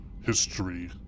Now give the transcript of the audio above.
history